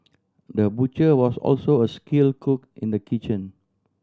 the butcher was also a skill cook in the kitchen